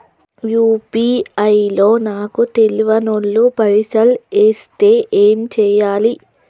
UPI లో నాకు తెల్వనోళ్లు పైసల్ ఎస్తే ఏం చేయాలి?